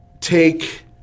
take